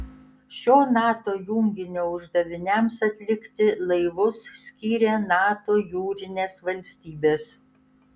šio nato junginio uždaviniams atlikti laivus skiria nato jūrinės valstybės